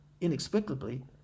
inexplicably